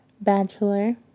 bachelor